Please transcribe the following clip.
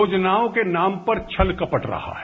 योजनाओं के नाम पर छल कपट रहा है